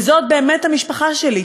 וזאת באמת המשפחה שלי,